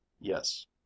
Yes